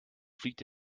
fliegt